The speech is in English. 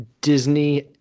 Disney